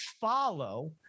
follow